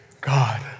God